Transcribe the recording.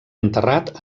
enterrat